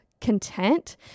content